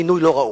מינוי לא ראוי.